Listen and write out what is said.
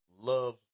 love